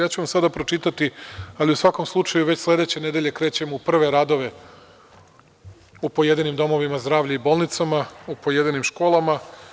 Ja ću vam sada pročitati, ali u svakom slučaju već sledeće nedelje krećemo u prve radove u pojedinim domovima zdravlja i bolnicama u pojedinim školama.